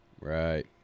Right